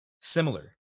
similar